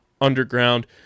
underground